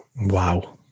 Wow